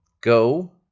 Go